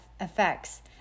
effects